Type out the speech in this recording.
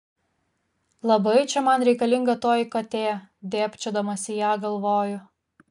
labai čia man reikalinga toji katė dėbčiodamas į ją galvoju